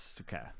okay